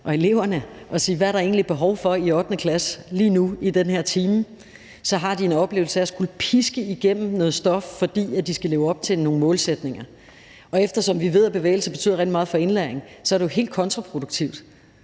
og eleverne og se, hvad der egentlig er behov for i 8. klasse lige nu i den her time, så har de en oplevelse af at skulle piske igennem noget stof, fordi de har nogle målsætninger. Eftersom vi ved, at bevægelse betyder rigtig meget for indlæringen, så er det jo helt kontraproduktivt,